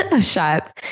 Shots